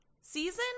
season